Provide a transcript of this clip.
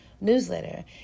newsletter